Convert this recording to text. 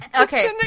Okay